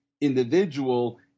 individual